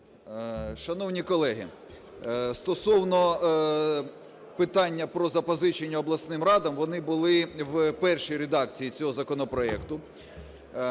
Шановні колеги! Стосовно питання про запозичення обласним радам. Вони були в першій редакції цього законопроекту